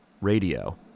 Radio